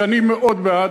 שאני מאוד בעדה,